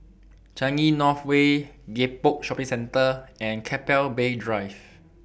Changi North Way Gek Poh Shopping Centre and Keppel Bay Drive